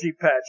patch